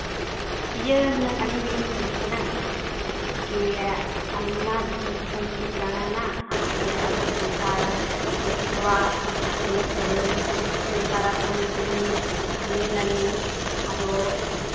ᱤᱭᱟᱹ ᱦᱩᱱᱟᱹᱝ ᱟᱹᱞᱤᱧ ᱫᱚᱞᱤᱧ ᱠᱩᱞᱤ ᱠᱟᱱᱟ ᱠᱤ ᱤᱭᱟᱹ ᱟᱹᱞᱤᱧ ᱢᱟ ᱫᱤᱥᱚᱢ ᱫᱤᱥᱚᱢ ᱞᱤᱧ ᱫᱟᱬᱟᱱᱟ ᱟᱨ ᱚᱸᱰᱮ ᱟᱵᱚ ᱥᱟᱱᱛᱟᱲ ᱡᱟᱹᱛᱤ ᱠᱚᱣᱟᱜ ᱮᱱᱮᱡ ᱥᱮᱨᱮᱧ ᱥᱮ ᱯᱟᱨᱟᱵᱽ ᱯᱩᱱᱟᱹᱭ ᱠᱚᱞᱤᱧ ᱧᱮᱞᱟᱞᱤᱧ ᱟᱫᱚ